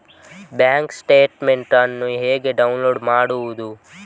Bank statement ಅನ್ನು ಹೇಗೆ download ಮಾಡುವುದು?